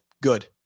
good